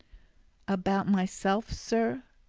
about myself, sir?